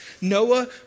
Noah